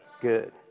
good